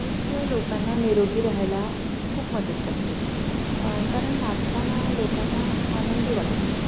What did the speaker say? नृत्य लोकांना निरोगी राहायला खूप मदत करते कारण नाचताना लोकांना आनंदी वाटत असतं